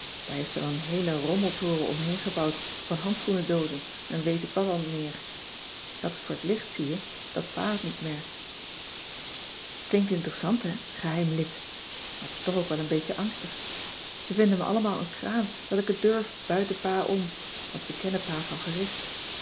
heeft ze dan een heelen rommeltoren omheengebouwd van handschoendoozen en weet ik wat al meer dat is voor t licht zie je dat pa het niet merkt t klinkt interessant hè geheim lid maar t is toch ook wel een beetje angstig ze vinden me allemaal een kraan dat ik het durf buiten pa om want ze kennen pa van gezicht